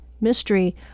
mystery